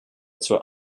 zur